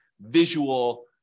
visual